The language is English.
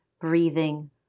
breathing